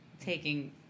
taking